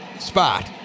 spot